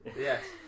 Yes